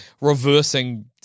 reversing